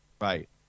Right